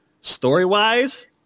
Story-wise